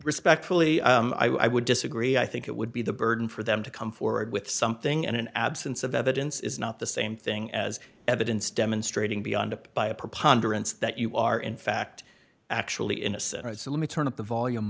respectfully i would disagree i think it would be the burden for them to come forward with something and an absence of evidence is not the same thing as evidence demonstrating beyond by a preponderance that you are in fact actually innocent right so let me turn up the volume